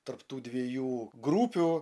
tarp tų dviejų grupių